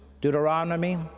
Deuteronomy